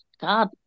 God